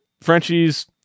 Frenchies